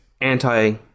anti